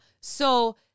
So-